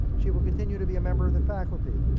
she will continue to be a member of the faculty.